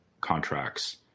contracts